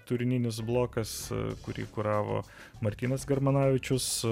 tūrinis blokas kurį kuravo martynas germanavičius